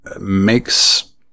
makes